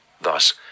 Thus